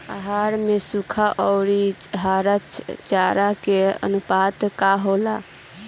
आहार में सुखा औरी हरा चारा के आनुपात का होला?